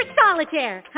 solitaire